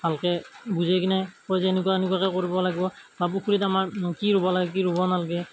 ভালকৈ বুজাই কিনে কয় যে এনেকুৱা এনেকুৱাকৈ কৰবো লাগবো বা পুখুৰীত আমাৰ কি ৰুব লাগে কি ৰুব নালাগে